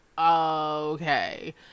okay